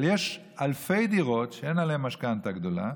אבל יש אלפי דירות שאין עליהן משכנתה גדולה.